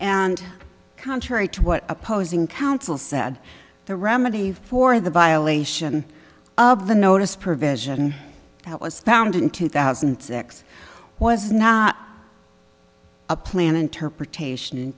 and contrary to what opposing counsel said the remedy for the violation of the notice provision that was found in two thousand and six was not a plan interpretation